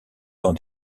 dans